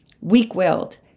weak-willed